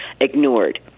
ignored